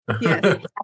Yes